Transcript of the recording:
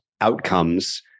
outcomes